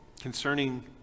concerning